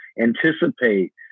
anticipate